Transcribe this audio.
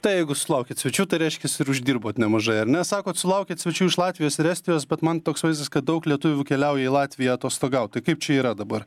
tai jeigu sulaukėt svečių tai reiškias ir uždirbot nemažai ar ne sakot sulaukėt svečių iš latvijos ir estijos bet man toks vaizdas kad daug lietuvių keliauja į latviją atostogaut tai kaip čia dabar